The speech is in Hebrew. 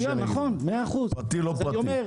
פרטי, לא פרטי.